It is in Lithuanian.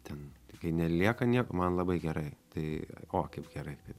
ten tai kai nelieka nieko man labai gerai tai o kaip gerai kad